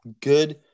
good